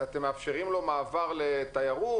אתם מאפשרים לו מעבר לתיירות?